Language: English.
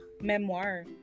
memoir